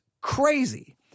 crazy